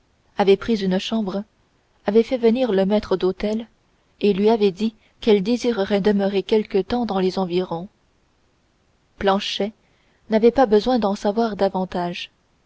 avait pris une chambre avait fait venir le maître d'hôtel et lui avait dit qu'elle désirerait demeurer quelque temps dans les environs planchet n'avait pas besoin d'en savoir davantage